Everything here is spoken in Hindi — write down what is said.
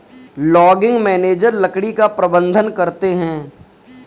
लॉगिंग मैनेजर लकड़ी का प्रबंधन करते है